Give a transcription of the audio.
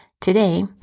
Today